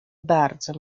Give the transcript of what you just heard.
bardzo